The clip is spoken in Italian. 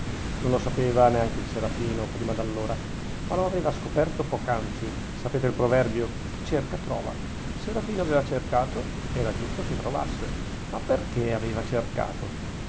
non lo sapeva neanche il serafino prima d'allora ma lo aveva scoperto poc'anzi sapete il proverbio chi cerca trova il serafino aveva cercato era giusto che trovasse ma perchè aveva cercato